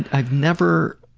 i've never.